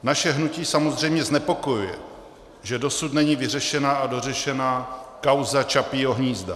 Naše hnutí samozřejmě znepokojuje, že dosud není vyřešena a dořešena kauza Čapího hnízda.